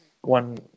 one